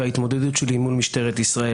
וההתמודדות שלי מול משטרת ישראל.